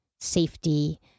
safety